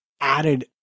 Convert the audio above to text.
added